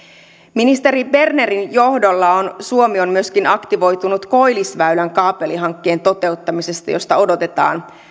ministeri bernerin johdolla suomi on myöskin aktivoitunut koillisväylän kaapelihankkeen toteuttamisessa jolta odotetaan